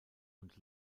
und